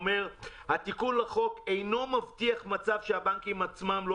אני אומר שהתיקון לחוק אינו מבטיח מצב שהבנקים עצמם לא